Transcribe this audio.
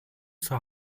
zur